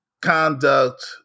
conduct